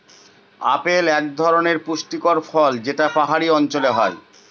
apple এক ধরনের পুষ্টিকর ফল যেটা পাহাড়ি অঞ্চলে হয়